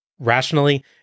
rationally